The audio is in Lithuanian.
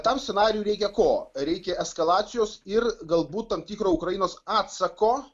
tam scenarijui reikia ko reikia eskalacijos ir galbūt tam tikro ukrainos atsako